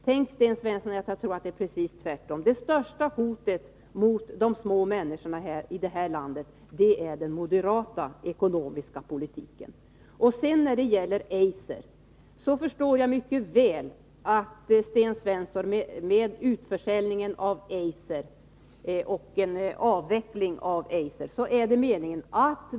Tänk, jag tror att det är precis tvärtom: det största hotet mot de små människorna i det här landet är den moderata ekonomiska politiken. Jag förstår mycket väl vad Sten Svensson menar med en avveckling av Eiserkoncernen.